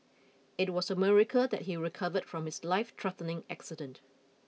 it was a miracle that he recovered from his lifethreatening accident